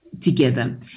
together